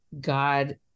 God